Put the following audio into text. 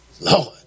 Lord